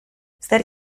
zer